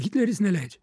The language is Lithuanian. hitleris neleidžia